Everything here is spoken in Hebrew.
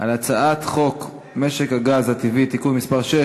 על הצעת חוק משק הגז הטבעי (תיקון מס' 6)